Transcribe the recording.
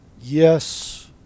Yes